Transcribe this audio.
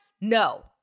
No